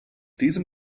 diesem